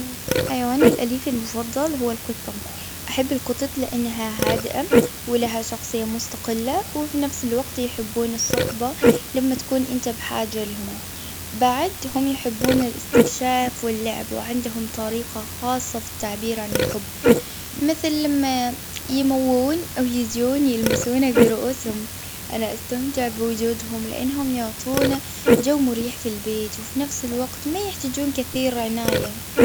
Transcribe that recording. اه حيواني الأليف المفضل هو القطة. أحب القطط لأنها هادئة، ولها شخصية مستقلة. وفي نفس الوقت يحبون الصحبة، لما تكون أنت بحاجة لهم. بعد هم يحبون الإستكشاف واللعب، وعندهم طريقة خاصة في التعبير عن الحب، مثل لما يموون أو يجون يلمسونك برؤوسهم. أنا أستمتع بوجودهم، لأنهم يعطونا جو مريح في البيت، وفي نفس الوقت ما يحتجون كثير عناية.